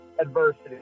adversity